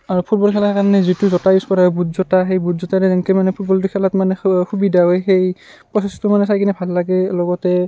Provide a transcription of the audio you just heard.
আৰু ফুটবল খেলাৰ কাৰণে যিটো জোতা ইউজ কৰা হয় বুট জোতা সেই বুট জোতাৰে যেনকে মানে ফুটবলটো খেলাত মানে সুবিধা হয় সেই প্ৰ'চেছটো মানে চাই কিনে ভাল লাগে লগতে